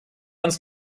ganz